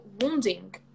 wounding